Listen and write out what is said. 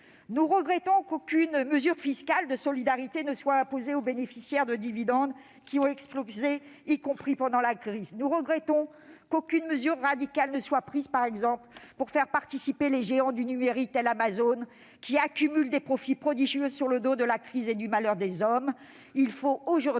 Nous regrettons qu'aucune mesure fiscale de solidarité ne soit imposée aux bénéficiaires de dividendes, dont le montant a explosé, y compris pendant la crise. Nous regrettons qu'aucune mesure radicale ne soit prise pour faire participer les géants du numérique, comme Amazon, qui accumulent des profits prodigieux sur le dos de la crise et du malheur des hommes.